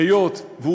היות שהוא